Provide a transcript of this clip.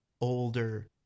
older